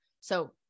So-